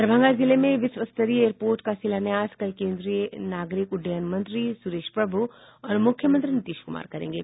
दरभंगा जिले में विश्वस्तरीय एयरपोर्ट का शिलान्यास कल केन्द्रीय नागरिक उड्डयन मंत्री सुरेश प्रभु और मुख्यमंत्री नीतीश कुमार करेंगे